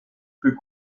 plus